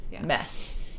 mess